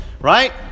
right